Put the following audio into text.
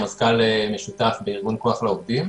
מזכ"ל משותף בארגון "כוח לעובדים".